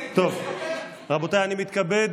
רבותיי, אני מתכבד